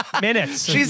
Minutes